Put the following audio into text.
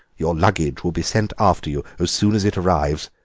your luggage will be sent after you as soon as it arrives.